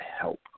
help